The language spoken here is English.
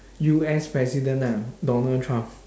U_S president ah donald trump